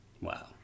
Wow